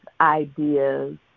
ideas